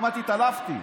כמעט התעלפתי.